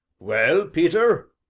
well, peter?